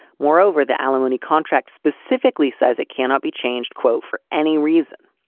moreover, the alimony contract specifically says it cannot be changed, quote, for any reason.